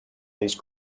these